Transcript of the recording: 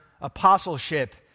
apostleship